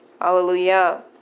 Hallelujah